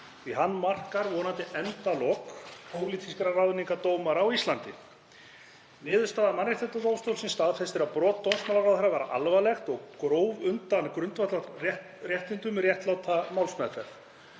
að hann markar vonandi endalok pólitískra ráðninga dómara á Íslandi. Niðurstaða Mannréttindadómstólsins staðfestir að brot dómsmálaráðherra var alvarlegt og gróf undan grundvallarréttindum um réttláta málsmeðferð.